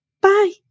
Bye